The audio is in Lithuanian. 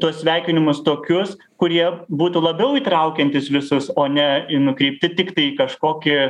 tuos sveikinimus tokius kurie būtų labiau įtraukiantys visus o ne nukreipti tiktai į kažkokį